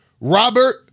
Robert